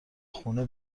خونه